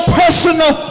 personal